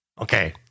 Okay